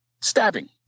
stabbing